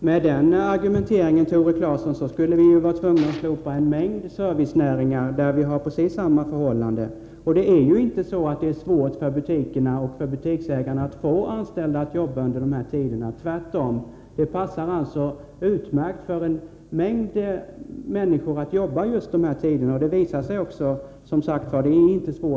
Herr talman! Med den argumenteringen, Tore Claeson, skulle vi vara tvungna att slopa en mängd servicenäringar där vi har precis samma förhållande. Och det är inte svårt för butiksägarna att få anställda att jobba under dessa tider. Tvärtom: det passar utmärkt för en mängd människor att jobba just dessa tider.